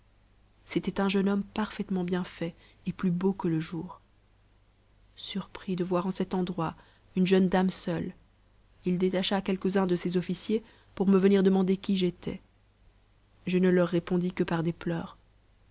c'était un jeune homme parfaitement bien fait et plus beau que le jour surpris de voir en cet endroit une jeune dame seule i détacha quelques-uns de ses omciers pour me venir demander qui j'étais je ne leur répondis que par des